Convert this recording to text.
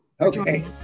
Okay